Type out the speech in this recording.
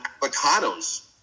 avocados